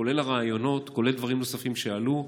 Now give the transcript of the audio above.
כולל הרעיונות וכולל דברים נוספים שעלו.